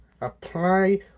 apply